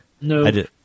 No